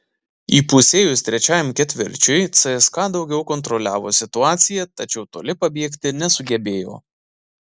įpusėjus trečiajam ketvirčiui cska daugiau kontroliavo situaciją tačiau toli pabėgti nesugebėjo